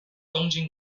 东京